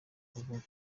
avuga